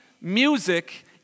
music